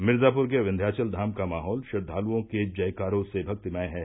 मिर्ज़ोपुर के विन्यांचल धाम का माहौल श्रद्वालुओं के जयकारों से भक्तिमय है